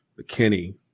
McKinney